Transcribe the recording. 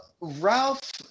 Ralph